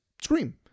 Scream